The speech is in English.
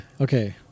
Okay